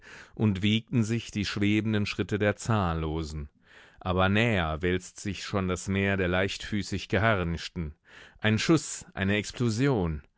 und wiegten sich die schwebenden schritte der zahllosen aber näher wälzt sich schon das meer der leichtfüßig geharnischten ein schuß eine explosion